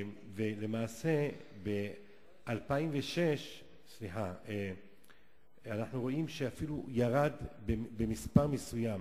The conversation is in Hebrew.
ולמעשה ב-2006 אנחנו רואים שאפילו היתה ירידה במספר מסוים.